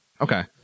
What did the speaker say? Okay